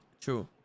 True